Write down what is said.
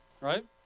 right